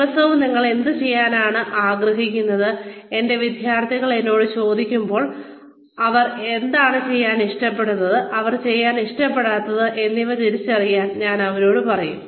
ദിവസവും നിങ്ങൾ എന്തു ചെയ്യാനാണ് ആഗ്രഹിക്കുന്നത് എന്റെ വിദ്യാർത്ഥികൾ എന്നോട് ചോദിക്കുമ്പോൾ അവർ എന്താണ് ചെയ്യാൻ ഇഷ്ടപ്പെടുന്നത് അവർ ചെയ്യാൻ ഇഷ്ടപ്പെടാത്തത് എന്നിവ തിരിച്ചറിയാൻ ഞാൻ അവരോട് പറയും